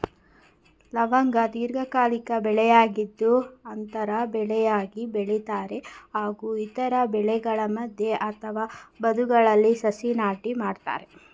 ಲವಂಗ ದೀರ್ಘಕಾಲೀನ ಬೆಳೆಯಾಗಿದ್ದು ಅಂತರ ಬೆಳೆಯಾಗಿ ಬೆಳಿತಾರೆ ಹಾಗೂ ಇತರ ಬೆಳೆಗಳ ಮಧ್ಯೆ ಅಥವಾ ಬದುಗಳಲ್ಲಿ ಸಸಿ ನಾಟಿ ಮಾಡ್ತರೆ